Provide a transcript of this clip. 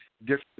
different